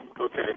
Okay